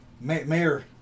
Mayor